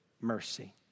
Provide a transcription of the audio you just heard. mercy